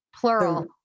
plural